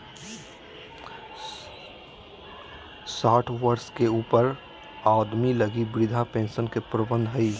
साठ वर्ष के ऊपर आदमी लगी वृद्ध पेंशन के प्रवधान हइ